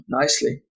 nicely